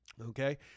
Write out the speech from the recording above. okay